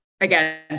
again